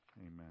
Amen